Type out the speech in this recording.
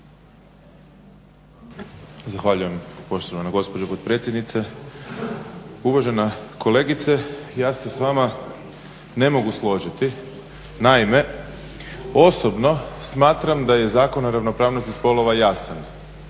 Zahvaljujem poštovana gospođo potpredsjednice. Uvažena kolegice, ja se s vama ne mogu složiti. Naime, osobno smatram da je Zakon o ravnopravnosti spolova jasan